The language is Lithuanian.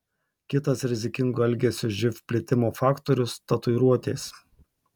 kitas rizikingo elgesio živ plitimo faktorius tatuiruotės